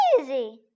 easy